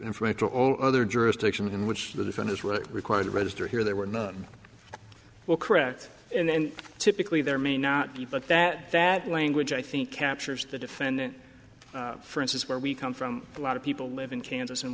all other jurisdiction in which the defendants were required to register here they were not well correct and typically there may not be but that that language i think captures the defendant for instance where we come from a lot of people live in kansas and